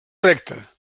recte